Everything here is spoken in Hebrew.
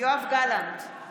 יואב גלנט,